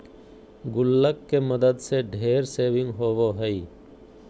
गुल्लक के मदद से ढेर सेविंग होबो हइ